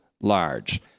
large